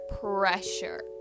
pressure